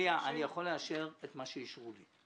איליה, אני יכול לאשר את מה שאישרו לי.